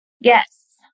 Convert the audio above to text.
Yes